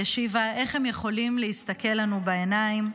היא השיבה: איך הם יכולים להסתכל לנו בעיניים?